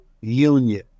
union